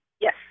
yes